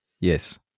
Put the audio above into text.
Yes